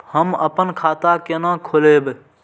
हम अपन खाता केना खोलैब?